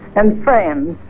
and friends,